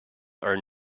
are